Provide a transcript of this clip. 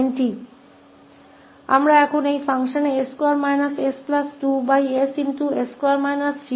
अब हमें 𝑠2 s2s का लाप्लास परिवर्तन निकालना है